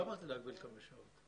הם רוצים להגביל אותם בשעות.